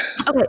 Okay